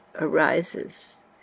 arises